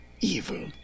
evil